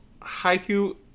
haiku